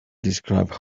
describe